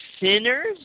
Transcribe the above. sinners